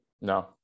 No